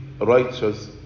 righteous